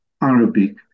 Arabic